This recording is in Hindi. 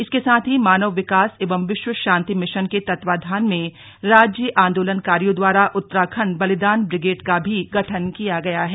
इसके साथ ही मानव विकास एवं विश्व शांति मिशन के तत्वाधान में राज्य आन्दोलन कारियों द्वारा उत्तराखण्ड बलिदान ब्रिगेड का भी गठन किया गया है